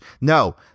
no